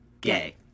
gay